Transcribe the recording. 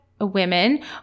women